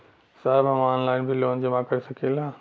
साहब हम ऑनलाइन भी लोन जमा कर सकीला?